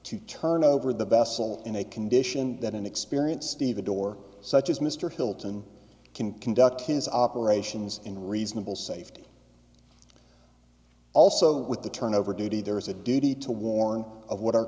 to turnover the vessel in a condition that an experienced stevedore such as mr hilton can conduct his operations in reasonable safety also with the turnover duty there is a duty to warn of what are